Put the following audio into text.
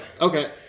Okay